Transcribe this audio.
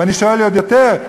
ואני שואל עוד יותר,